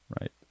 right